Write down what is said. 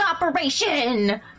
operation